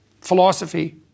philosophy